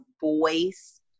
voice